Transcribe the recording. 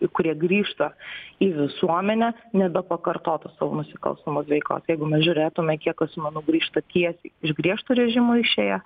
kurie grįžta į visuomenę nebe pakartotų savo nusikalstamos veikos jeigu mes žiūrėtume kiek asmenų grįžta tiesiai iš griežto režimo išėję